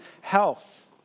health